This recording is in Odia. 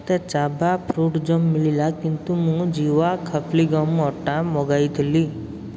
ମୋତେ ଚାଭା ଫ୍ରୁଟ୍ ଜାମ୍ ମିଳିଲା କିନ୍ତୁ ମୁଁ ଜୀଭା ଖପ୍ଲି ଗହମ ଅଟା ମଗାଇଥିଲି